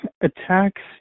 attacks